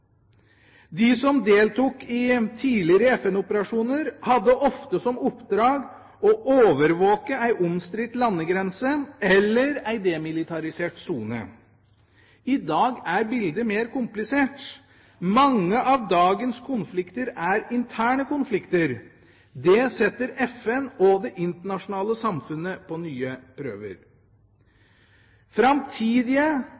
De som deltok i tidligere FN-operasjoner, hadde ofte som oppdrag å overvåke ei omstridt landegrense eller ei demilitarisert sone. I dag er bildet mer komplisert. Mange av dagens konflikter er interne konflikter. Det setter FN og det internasjonale samfunnet på nye